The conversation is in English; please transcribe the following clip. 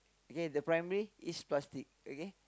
okay the primary is plastic okay